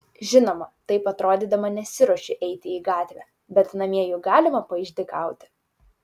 žinoma taip atrodydama nesiruošiu eiti į gatvę bet namie juk galima paišdykauti